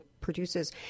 produces